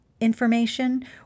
information